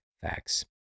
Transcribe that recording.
facts